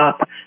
up